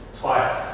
twice